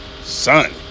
Son